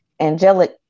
angelic